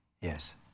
Yes